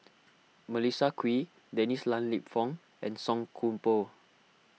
Melissa Kwee Dennis Lan Lip Fong and Song Koon Poh